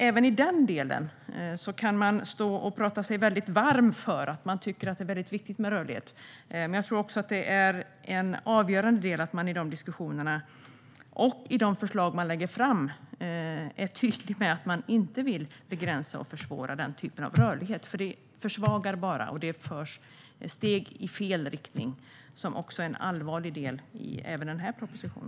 Även i denna del kan man tala sig varm för att det är viktigt med rörlighet. Jag tror dock att det är avgörande att man i dessa diskussioner och i de förslag som man lägger fram är tydlig med att man inte vill begränsa och försvåra den typen av rörlighet. Det försvagar bara, och det innebär ett steg i fel riktning, vilket är en allvarlig del även i denna proposition.